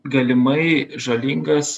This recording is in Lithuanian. galimai žalingas